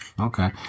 Okay